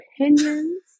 opinions